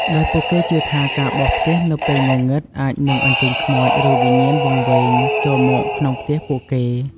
ដោយពួកគេជឿថា ការបោសផ្ទះនៅពេលងងឹត អាចនឹងអញ្ជើញខ្មោច ឬវិញ្ញាណវង្វេងចូលមកក្នុងផ្ទះពួកគេ។